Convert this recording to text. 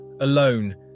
alone